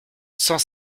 cent